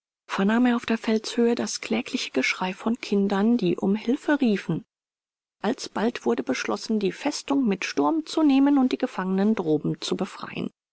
er auf der felshöhe das klägliche geschrei von kindern die um hilfe riefen alsbald wurde beschlossen die festung mit sturm zu nehmen und die gefangenen droben zu befreien